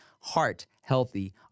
heart-healthy